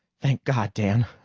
thank god. dan,